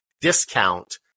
discount